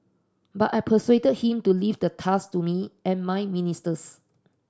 but I persuaded him to leave the task to me and my ministers